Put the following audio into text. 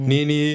Nini